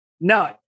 no